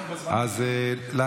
אז סיימת.